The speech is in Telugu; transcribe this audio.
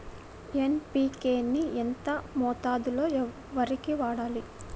ఎన్.పి.కే ని ఎంత మోతాదులో వరికి వాడాలి?